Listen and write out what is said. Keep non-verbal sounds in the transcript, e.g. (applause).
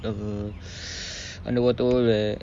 uh (breath) underwater world there